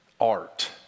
art